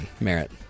Merit